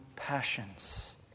passions